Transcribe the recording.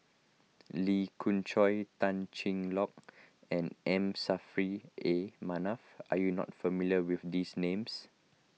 Lee Khoon Choy Tan Cheng Lock and M Saffri A Manaf are you not familiar with these names